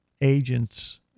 agents